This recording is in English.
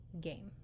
game